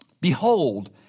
Behold